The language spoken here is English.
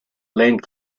land